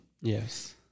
Yes